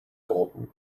golden